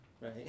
right